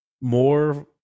more